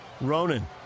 Ronan